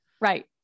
Right